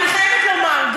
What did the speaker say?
אני חייבת לומר,